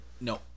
No